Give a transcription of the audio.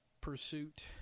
pursuit